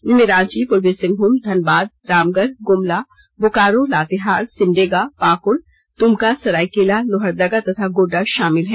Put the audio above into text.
इनमें रांची पूर्वी सिंहमूम धनबाद रामगढ़ गुमला बोकारो लातेहार सिमडेगा पाकुड़ दुमका सरायकेला लोहरदगा तथा गोड्डा शामिल है